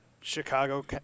Chicago